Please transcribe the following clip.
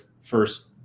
first